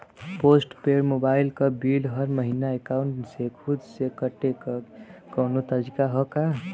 Post paid mobile क bill हर महिना एकाउंट से खुद से कटे क कौनो तरीका ह का?